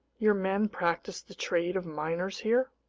your men practice the trade of miners here?